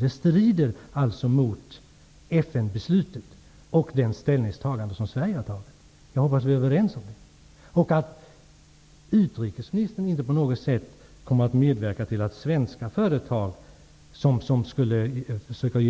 Det strider alltså mot FN beslutet och det svenska ställningstagandet. Jag hoppas att vi är överens om det och att utrikesministern inte på något sätt kommer att medverka till att svenska företag försöker